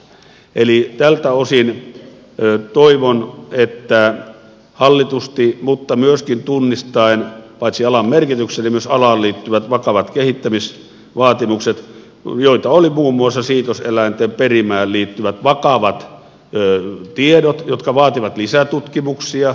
eli tältä osin toivon että tunnistetaan paitsi alan merkitys myös alaan liittyvät vakavat kehittämisvaatimukset joita olivat muun muassa siitoseläinten perimään liittyvät vakavat tiedot jotka vaativat lisätutkimuksia